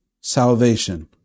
salvation